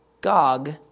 Gog